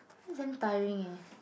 damn tiring eh